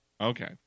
Okay